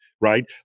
right